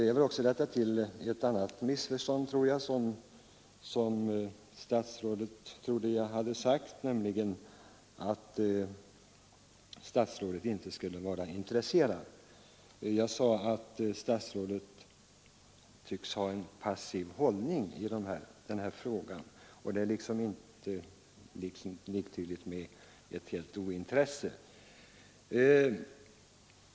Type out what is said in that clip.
Jag vill också rätta till ett annat missförstånd. Statsrådet trodde att jag menade att han inte skulle vara intresserad. Jag sade att statsrådet tycks ha en passiv hållning i denna fråga. Det är inte liktydigt med ett totalt ointresse.